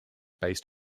based